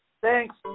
Thanks